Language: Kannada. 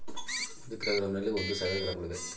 ಒಂದು ಕಿಲೋಗ್ರಾಂನಲ್ಲಿ ಒಂದು ಸಾವಿರ ಗ್ರಾಂಗಳಿವೆ